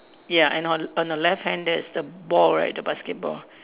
ya and on on the left hand there is the ball right the basketball